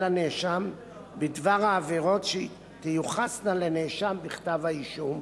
לנאשם בדבר העבירות שתיוחסנה לנאשם בכתב האישום,